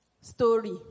Story